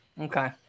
Okay